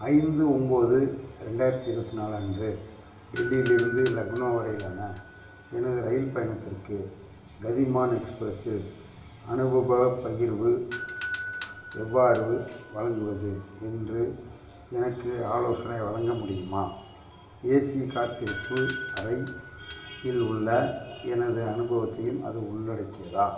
ஐந்து ஒம்பது ரெண்டாயிரத்தி இருபத்தி நாலு அன்று டெல்லியிலிருந்து லக்னோ வரையிலான எனது ரயில் பயணத்திற்கு கதிமான் எக்ஸ்ப்ரஸில் அனுபவ பயிர்வு எவ்வாறு வழங்குவது என்று எனக்கு ஆலோசனை வழங்க முடியுமா ஏசி காத்திருப்பு அறை இல் உள்ள எனது அனுபவத்தையும் அது உள்ளடக்கியதா